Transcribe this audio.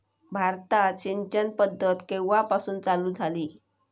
भारतात सिंचन पद्धत केवापासून चालू झाली?